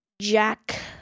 Jack